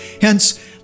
Hence